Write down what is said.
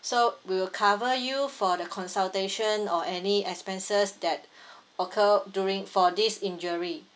so we'll cover you for the consultation or any expenses that occurred during for this injury